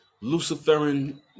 Luciferian